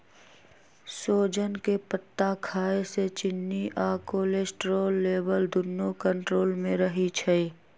सोजन के पत्ता खाए से चिन्नी आ कोलेस्ट्रोल लेवल दुन्नो कन्ट्रोल मे रहई छई